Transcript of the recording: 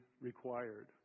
required